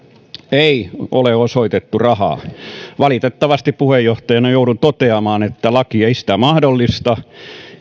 ei ole osoitettu rahaa valitettavasti puheenjohtajana joudun toteamaan että laki ei sitä mahdollista